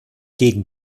gegen